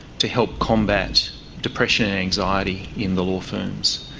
to help combat depression and anxiety in the law firms.